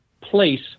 place